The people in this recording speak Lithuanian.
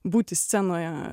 būti scenoje